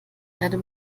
erde